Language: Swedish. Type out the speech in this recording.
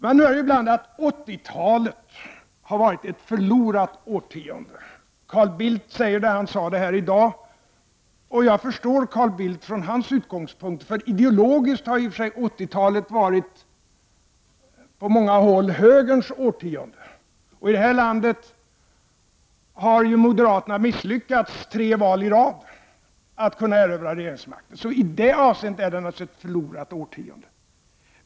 Man hör ibland att 80-talet har varit ett förlorat årtionde. Carl Bildt sade det här i dag, och jag förstår honom från hans utgångspunkt. Ideologiskt har 80-talet på många håll varit högerns årtionde. I vårt land har moderaterna misslyckats tre val i rad med att erövra regeringsmakten. I det avseendet är det naturligtvis ett förlorat årtionde.